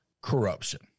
corruption